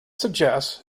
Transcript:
suggests